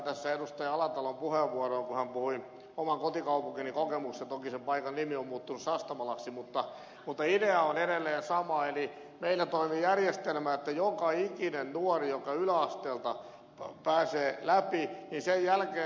alatalon puheenvuoroon kun hän puhui oman kotikaupunkini kokemuksista toki sen paikan nimi on muuttunut sastamalaksi että idea on edelleen sama eli meillä toimii järjestelmä että joka ikinen nuori joka yläasteelta pääsee läpi sen jälkeen tsekataan syksyllä